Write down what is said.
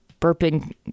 burping